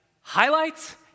highlights